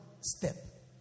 step